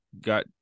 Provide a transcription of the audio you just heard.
got